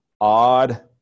odd